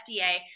FDA